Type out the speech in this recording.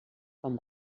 com